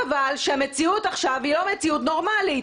שהמציאות עכשיו היא לא מציאות נורמלית.